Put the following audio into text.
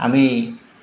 আমি